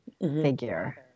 figure